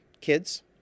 kids